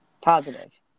positive